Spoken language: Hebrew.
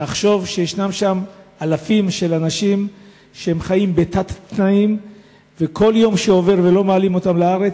לחשוב שיש שם אלפים שחיים בתת-תנאים וכל יום שעובר ולא מעלים אותם לארץ,